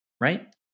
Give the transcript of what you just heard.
right